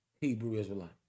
Hebrew-Israelite